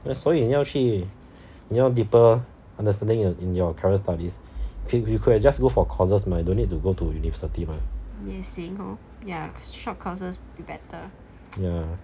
所以你要去你要 deeper understanding you in your career studies you could just go for courses mah don't need to go to university mah ya